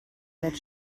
that